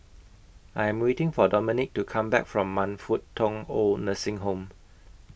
I Am waiting For Dominick to Come Back from Man Fut Tong Oid Nursing Home